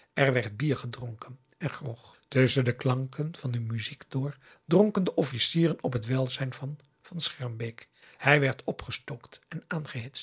er werd bier gedronken en grog tusschen de klanken van de muziek door dronken de officieren op het welzijn van van schermbeek hij werd opgestookt en